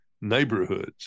Neighborhoods